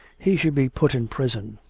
he should be put in prison.